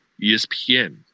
ESPN